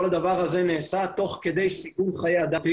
כל הדבר הזה נעשה תוך כדי סיכון חיי אדם.